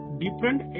different